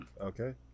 okay